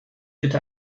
bitte